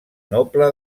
noble